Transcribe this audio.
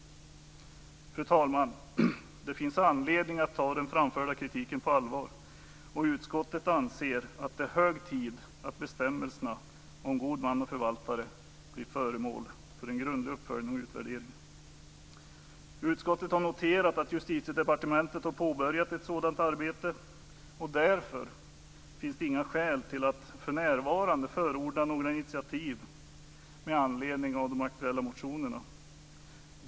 Fru talman! Det finns anledning att ta den framförda kritiken på allvar. Utskottet anser att det är hög tid att bestämmelserna om god man och förvaltare blir föremål för en grundlig uppföljning och utvärdering. Utskottet har noterat att Justitiedepartementet har påbörjat ett sådant arbete. Därför finns det inga skäl att för närvarande förorda några initiativ med anledning av de aktuella motionerna.